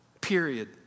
period